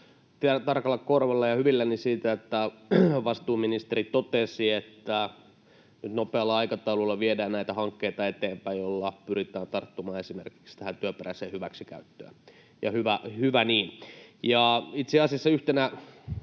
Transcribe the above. tarkalla korvalla ja hyvilläni, kun vastuuministeri totesi, että nopealla aikataululla viedään eteenpäin näitä hankkeita, joilla pyritään tarttumaan esimerkiksi tähän työperäiseen hyväksikäyttöön. Hyvä niin. Itse asiassa yhtenä